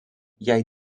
jai